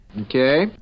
Okay